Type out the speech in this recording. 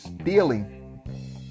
stealing